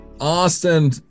Austin